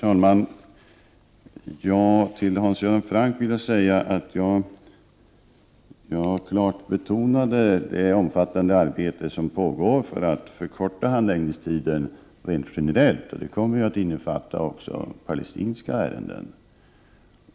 Herr talman! Till Hans Göran Franck vill jag säga att jag klart betonade det omfattande arbete som pågår för att förkorta handläggningstiderna rent generellt. Detta kommer att innefatta även palestinska ärenden.